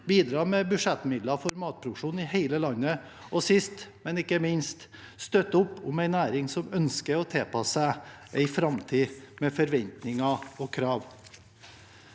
bidra med budsjettmidler for matproduksjon i hele landet og sist, men ikke minst støtte opp om en næring som ønsker å tilpasse seg framtidige forventninger og krav.